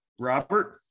Robert